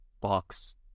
box